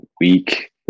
week